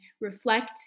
reflect